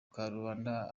karubanda